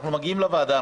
אנחנו מגיעים לוועדה,